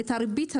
את הריבית הזאת,